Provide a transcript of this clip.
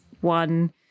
one